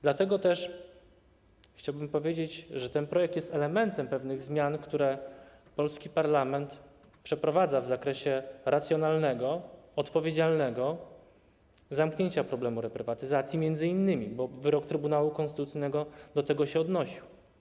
Dlatego też chciałbym powiedzieć, że ten projekt jest elementem pewnych zmian, które polski parlament przeprowadza w zakresie racjonalnego, odpowiedzialnego zamknięcia m.in. problemu reprywatyzacji, bo wyrok Trybunału Konstytucyjnego do tego się odnosił.